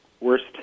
worst